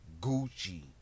Gucci